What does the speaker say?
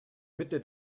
mitte